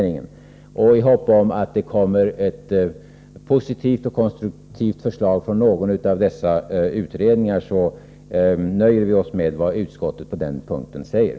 I förhoppning om att det kommer ett positivt och konstruktivt förslag från någon av dessa utredningar nöjer vi oss med vad utskottet säger på denna punkt.